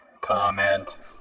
Comment